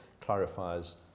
clarifies